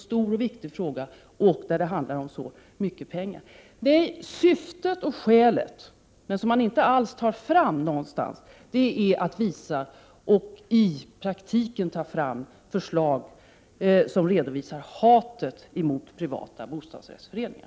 Syftet, som inte framkommer någonstans, är att visa och i praktiken ta fram förslag som redovisar hatet mot privata bostadsrättsföreningar.